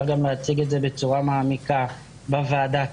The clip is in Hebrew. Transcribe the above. גם להציג את זה בצורה מעמיקה בוועדה כאן.